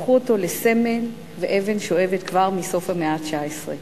הפכו אותו לסמל ואבן שואבת כבר מסוף המאה ה-19.